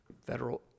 federal